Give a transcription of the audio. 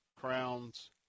Crown's